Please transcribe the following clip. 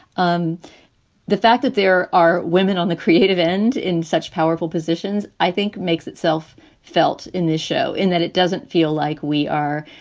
um the fact that there are women on the creative end in such powerful positions i think makes itself felt in this show in that it doesn't feel like we are,